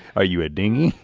are you a dinghy?